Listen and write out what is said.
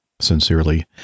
Sincerely